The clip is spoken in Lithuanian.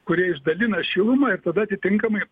kurie išdalina šilumą ir tada atitinkamai